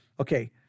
okay